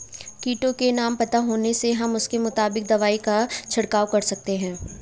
कीटों के नाम पता होने से हम उसके मुताबिक दवाई का छिड़काव कर सकते हैं